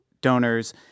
donors